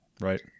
Right